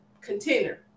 container